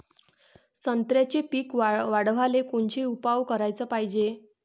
संत्र्याचं पीक वाढवाले कोनचे उपाव कराच पायजे?